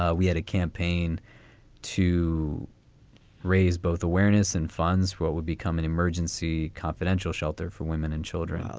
ah we had a campaign to raise both awareness and funds what would become an emergency confidential shelter for women and children.